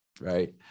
Right